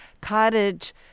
cottage